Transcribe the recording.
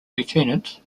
lieutenant